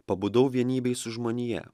pabudau vienybėj su žmonija